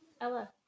Ella